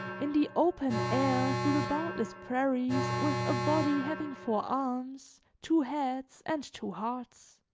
in the open air through the boundless prairies with a body having four arms, two heads and two hearts.